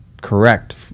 correct